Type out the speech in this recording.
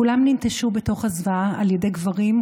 כולם ננטשו בתוך הזוועה על ידי גברים,